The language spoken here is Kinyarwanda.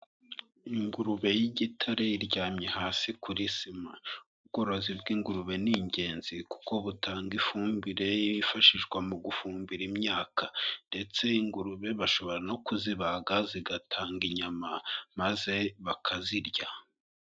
Ingurube y'igitare iryamye hasi kuri sima ubworozi bw'ingurube ni ingenzi kuko butanga ifumbire yifashishwa mu gufumbira imyaka ndetse ingurube bashobora no kuzibaga, zigatanga inyama. Maze bakazirya.